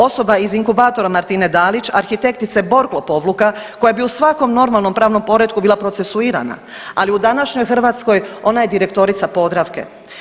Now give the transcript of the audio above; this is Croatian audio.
Osoba iz inkubatora Martine Dalić, arhitektice Borg lopovluka koja bi u svakom normalnom pravnom poretku bila procesuirana, ali u današnjoj Hrvatskoj ona je direktora Podravke.